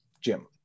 Jim